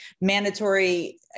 mandatory